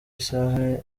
isaa